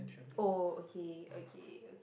oh okay okay okay